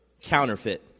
counterfeit